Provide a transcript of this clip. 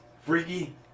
Freaky